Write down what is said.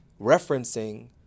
referencing